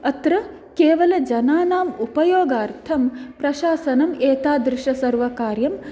अत्र केवलं जनानाम् उपयोगार्थं प्रशासनम् एतादृशं सर्वकार्यं